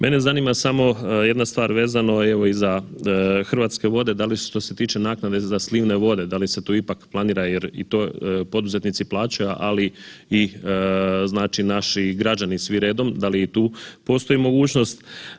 Mene zanima samo jedna stvar, vezano je za Hrvatske vode da li što se tiče naknade za slivne vode da li se tu ipak planira jer i to poduzetnici plaćaju, ali i naši građani svi redom, da li i tu postoji mogućnost?